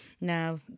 now